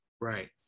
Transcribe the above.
Right